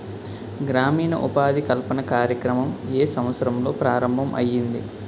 గ్రామీణ ఉపాధి కల్పన కార్యక్రమం ఏ సంవత్సరంలో ప్రారంభం ఐయ్యింది?